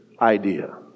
idea